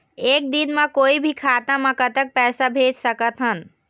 एक दिन म कोई भी खाता मा कतक पैसा भेज सकत हन?